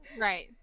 Right